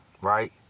right